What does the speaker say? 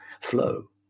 flow